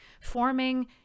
forming